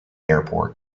airport